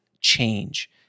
change